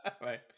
Right